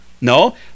no